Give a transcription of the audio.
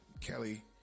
Kelly